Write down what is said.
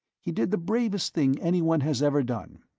he did the bravest thing anyone has ever done.